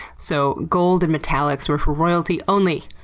so gold and metallics were for royalty only.